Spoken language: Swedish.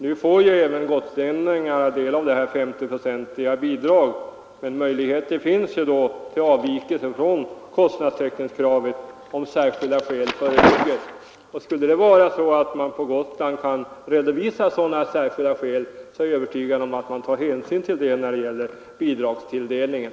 Nu får även gotlänningarna del av det SO0-procentiga bidraget, men möjligheter finns till avvikelser från kostnadstäckningskravet, om särskilda skäl föreligger. Skulle man på Gotland kunna redovisa sådana särskilda skäl, är jag övertygad om att hänsyn härtill tas när det gäller bidragstilldelningen.